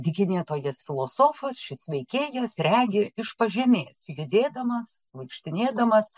dykinėtojas filosofas šis veikėjas regi iš pažemės sėdėdamas vaikštinėdamas